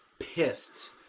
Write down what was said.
pissed